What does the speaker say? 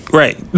right